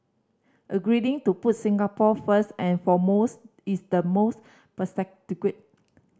agreeing to put Singapore first and foremost is the most